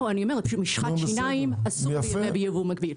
משחת שיניים אסור להביא בייבוא מקביל.